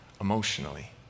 emotionally